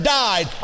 died